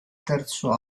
terzo